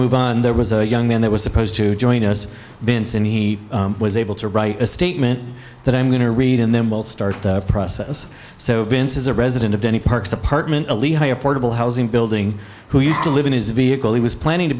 move on there was a young man that was supposed to join us beenz and he was able to write a statement that i'm going to read and then we'll start the process so vince is a resident of any parks apartment a lehigh a portable housing building who used to live in his vehicle he was planning to